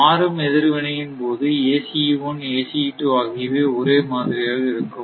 மாறும் எதிர்வினை யின் போது ACE 1 ACE 2 ஆகியவை ஒரே மாதிரியாக இருக்கும்